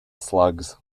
slugs